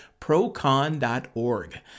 procon.org